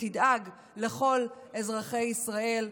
שתדאג לכל אזרחי ישראל".